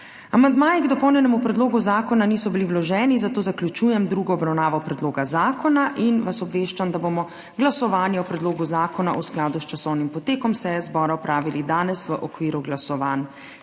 Amandmaji k dopolnjenemu predlogu zakona niso bili vloženi, zato zaključujem drugo obravnavo predloga zakona in vas obveščam, da bomo glasovanje o predlogu zakona v skladu s časovnim potekom seje zbora opravili danes v okviru glasovanj.